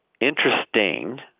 interesting